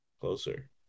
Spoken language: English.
Closer